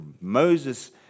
Moses